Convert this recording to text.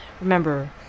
Remember